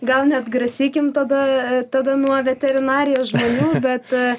gal neatgrasykim tada tada nuo veterinarijos žmonių bet